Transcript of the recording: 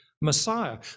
Messiah